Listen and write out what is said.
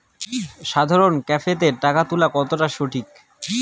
সাধারণ ক্যাফেতে টাকা তুলা কতটা সঠিক?